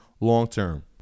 long-term